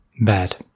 Bad